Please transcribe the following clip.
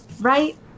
right